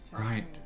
right